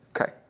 Okay